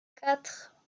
quatre